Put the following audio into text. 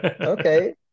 okay